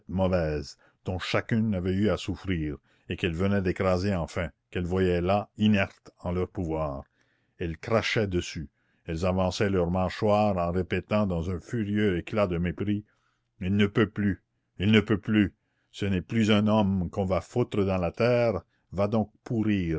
mauvaise dont chacune avait eu à souffrir et qu'elles venaient d'écraser enfin qu'elles voyaient là inerte en leur pouvoir elles crachaient dessus elles avançaient leurs mâchoires en répétant dans un furieux éclat de mépris il ne peut plus il ne peut plus ce n'est plus un homme qu'on va foutre dans la terre va donc pourrir